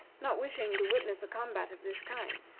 not wishing to witness a combat of this kind,